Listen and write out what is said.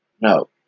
No